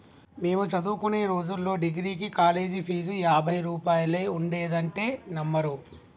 మేము చదువుకునే రోజుల్లో డిగ్రీకి కాలేజీ ఫీజు యాభై రూపాయలే ఉండేదంటే నమ్మరు